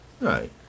right